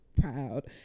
proud